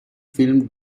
film